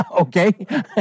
Okay